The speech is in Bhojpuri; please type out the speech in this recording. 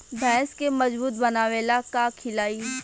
भैंस के मजबूत बनावे ला का खिलाई?